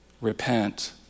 repent